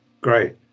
great